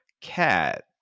Cat